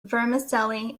vermicelli